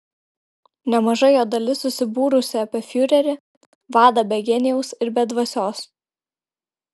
nemaža jo dalis susibūrusi apie fiurerį vadą be genijaus ir ir be dvasios